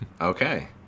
Okay